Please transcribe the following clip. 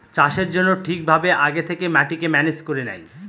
চাষের জন্য ঠিক ভাবে আগে থেকে মাটিকে ম্যানেজ করে নেয়